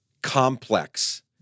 Complex